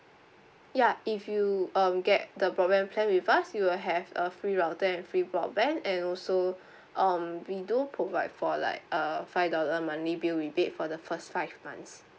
ya if you um get the broadband plan with us you will have a free router and free broadband and also um we do provide for like a five dollar monthly bill rebate for the first five months